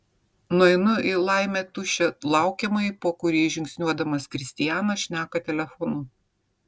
nueinu į laimė tuščią laukiamąjį po kurį žingsniuodamas kristianas šneka telefonu